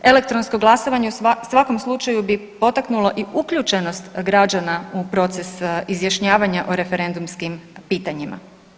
Elektronsko glasovanje u svakom slučaju bi potaknulo i uključenost građana u proces izjašnjavanja o referendumskim pitanjima.